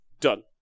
Done